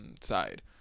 side